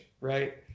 right